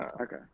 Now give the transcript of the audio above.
Okay